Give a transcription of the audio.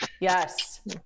Yes